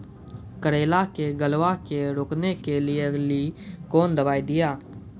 करेला के गलवा के रोकने के लिए ली कौन दवा दिया?